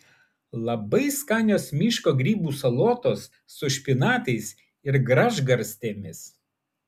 labai skanios miško grybų salotos su špinatais ir gražgarstėmis